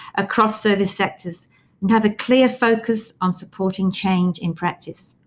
across service sectors and have a clear focus on supporting change in practice.